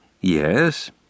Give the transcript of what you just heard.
Yes